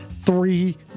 Three